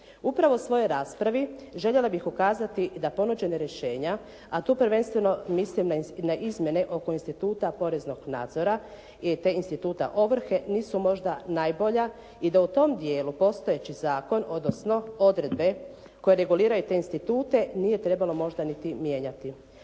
Upravo u svojoj raspravi, željela bih ukazati da ponuđena rješenja a tu prvenstveno mislim na izmjene oko instituta poreznog nadzora te instituta ovrhe nisu možda najbolja i da u tom dijelu postojeći zakon odnosno odredbe koje reguliraju te institute nije trebalo možda niti mijenjati.